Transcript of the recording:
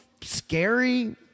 scary